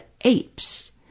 apes